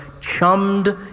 chummed